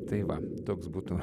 tai va toks būtų